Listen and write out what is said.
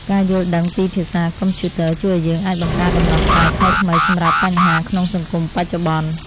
ការយល់ដឹងពីភាសាកុំព្យូទ័រជួយឱ្យយើងអាចបង្កើតដំណោះស្រាយថ្មីៗសម្រាប់បញ្ហាក្នុងសង្គមបច្ចុប្បន្ន។